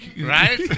Right